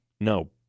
No